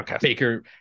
baker